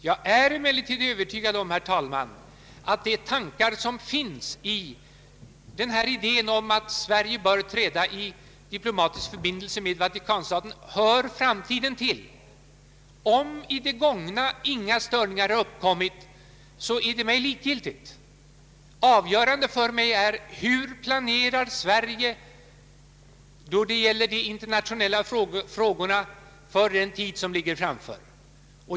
Jag är emellertid övertygad om att tanken att Sverige bör träda i diplomatisk förbindelse med Vatikanstaten hör framtiden till. Om i det gångna inga störningar har uppkommit, så är det mig likgiltigt. Avgörande för mig är detta: Hur planerar Sverige då det gäller de internationella frågorna för den tid som ligger framför?